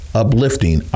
uplifting